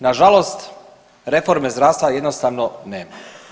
Nažalost reforme zdravstva jednostavno nema.